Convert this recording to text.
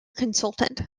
consultant